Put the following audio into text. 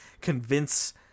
convince